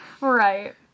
Right